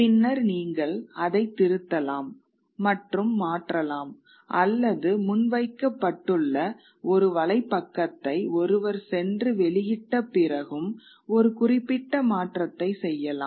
பின்னர் நீங்கள் அதைத் திருத்தலாம் மற்றும் மாற்றலாம் அல்லது முன்வைக்கப்பட்டுள்ள ஒரு வலைப்பக்கத்தை ஒருவர் சென்று வெளியிட்ட பிறகும் ஒரு குறிப்பிட்ட மாற்றத்தை செய்யலாம்